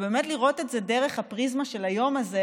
באמת לראות את זה דרך הפריזמה של היום הזה,